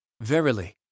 Verily